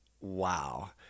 Wow